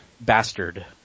Bastard